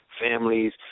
families